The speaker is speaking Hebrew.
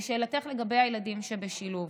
לשאלתך לגבי הילדים שבשילוב,